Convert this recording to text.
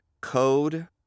Code